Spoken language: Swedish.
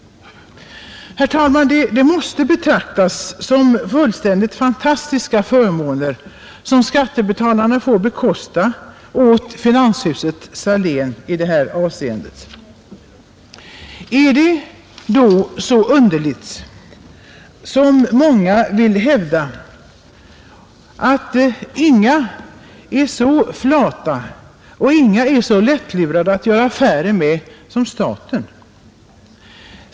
Herr talman! Det måste betraktas som fullständigt fantastiska förmåner som skattebetalarna får bekosta åt finanshuset Salén. Är det så underligt att många hävdar att ingen är så flat och lättlurad i affärer som staten?